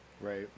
Right